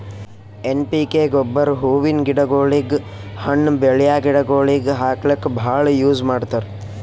N P K ಗೊಬ್ಬರ್ ಹೂವಿನ್ ಗಿಡಗೋಳಿಗ್, ಹಣ್ಣ್ ಬೆಳ್ಯಾ ಗಿಡಗೋಳಿಗ್ ಹಾಕ್ಲಕ್ಕ್ ಭಾಳ್ ಯೂಸ್ ಮಾಡ್ತರ್